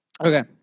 okay